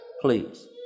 Please